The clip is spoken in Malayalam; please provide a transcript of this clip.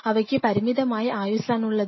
അവയ്ക്ക് പരിമിതമായ ആയുസാണുള്ളത്